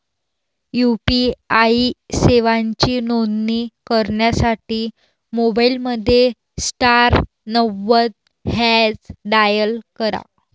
UPI सेवांची नोंदणी करण्यासाठी मोबाईलमध्ये स्टार नव्वद हॅच डायल करा